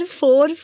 four